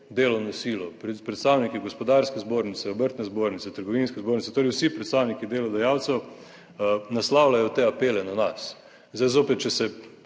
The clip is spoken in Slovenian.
delovno silo, predstavniki Gospodarske zbornice, Obrtne zbornice, Trgovinske zbornice, torej vsi predstavniki delodajalcev naslavljajo te apele na nas. Zdaj zopet, če se,